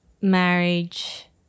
marriage –